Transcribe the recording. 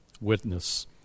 witness